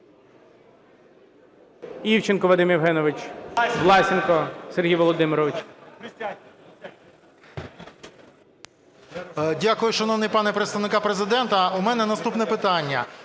Дякую, шановний пане представник Президента. У мене наступне питання.